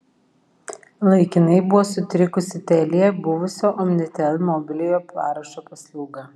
laikinai buvo sutrikusi telia buvusio omnitel mobiliojo parašo paslauga